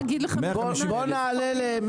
אני יכולה להגיד לך --- בוא נעלה ל-180,000,